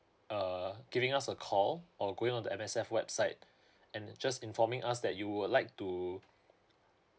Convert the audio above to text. err giving us a call or going on the M_S_F website and just informing us that you would like to